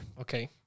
Okay